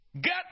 Get